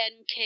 NK